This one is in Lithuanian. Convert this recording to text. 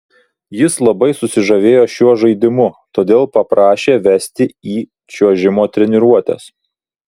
jis labai susižavėjo šiuo žaidimu todėl paprašė vesti į čiuožimo treniruotes